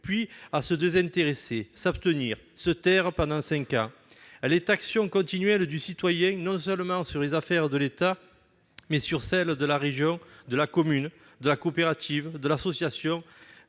puis à se désintéresser, s'abstenir, se taire pendant cinq ans. Elle est action continuelle du citoyen non seulement sur les affaires de l'État, mais sur celles de la région, de la commune, de la coopérative, de l'association,